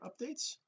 updates